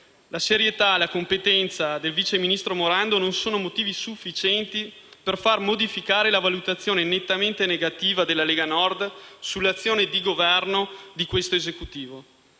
La serietà e la competenza del vice ministro Morando non sono motivi sufficienti per far modificare la valutazione nettamente negativa della Lega Nord sull'azione di governo di questo Esecutivo.